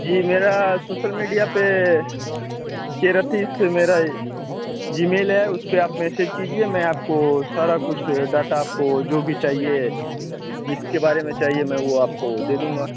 जी मेरा social media पर के रतीसह मेरा जीमेल है उसपर आप मैसेज कीजिए मैं आपको सारा कुछ डाटा आपको जो भी चाहिए जिसके बारे में चाहिए मैं वह आपको दे दूँगा